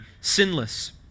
sinless